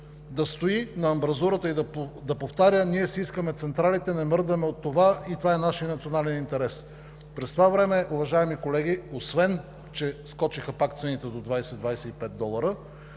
да стои на амбразурата и да повтаря: „Ние си искаме централите! Не мърдаме от това и това е нашият национален интерес“. През това време, уважаеми колеги, освен че скочиха пак цените до 20 – 25 долара,